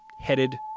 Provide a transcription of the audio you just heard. headed